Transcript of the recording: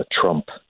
Trump